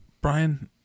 brian